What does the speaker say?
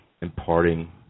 imparting